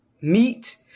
meat